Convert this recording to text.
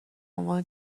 عنوان